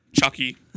Chucky